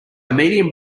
medium